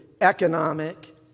economic